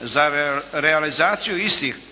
Za realizaciju istih su potrebna